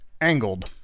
angled